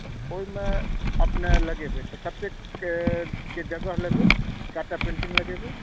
तऽ ओइमे अपने लगेबै कतेकके जगह लेबै कय टा पेन्टिंग लगेबै